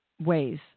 ways